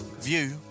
view